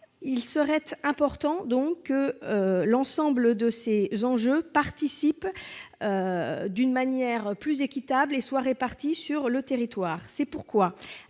Il importe donc que l'ensemble de ces enjeux y participe d'une manière plus équitable et soit réparti sur le territoire. C'est pourquoi